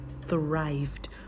thrived